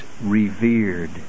revered